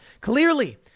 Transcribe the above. clearly